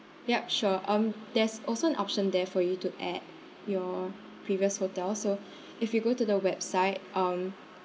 yup sure um there's also an option there for you to add your previous hotel so if you go to the website um